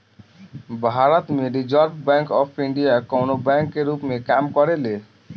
भारत में reserve bank of India कवनो bank के रूप में काम करेले